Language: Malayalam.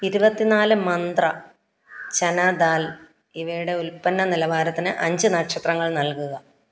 ഇരുപത്തിനാല് മന്ത്ര ചന ദാൽ ഇവയുടെ ഉൽപ്പന്ന നിലവാരത്തിന് അഞ്ച് നക്ഷത്രങ്ങൾ നൽകുക